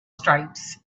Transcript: stripes